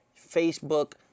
Facebook